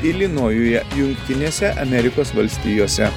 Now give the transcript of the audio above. ilinojuje jungtinėse amerikos valstijose